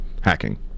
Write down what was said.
hacking